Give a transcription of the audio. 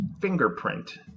fingerprint